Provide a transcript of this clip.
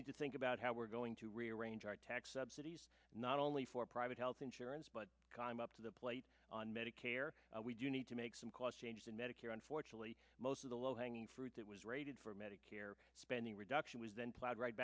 need to think about how we're going to rearrange our tax subsidies not only for private health insurance but i'm up to the plate on medicare we do need to make some cost changes in medicare unfortunately most of the low hanging fruit that was rated for medicare spending reduction was then plowed right